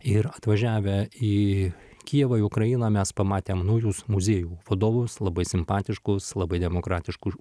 ir atvažiavę į kijevą į ukrainą mes pamatėm naujus muziejų vadovus labai simpatiškus labai demokratiškų